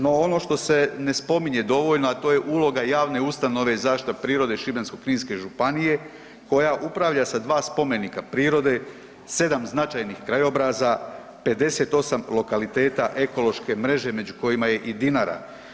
No, ono što se ne spominje dovoljno, a to je uloga javne ustanove Zaštita prirode Šibensko-kninske županije koja upravlja sa dva spomenika prirode, 7 značajnih krajobraza, 58 lokaliteta ekološke mreže među kojima je i Dinara.